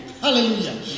Hallelujah